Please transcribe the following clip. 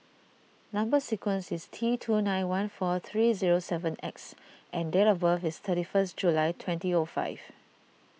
Number Sequence is T two nine one four three zero seven X and date of birth is thirty first July twenty O five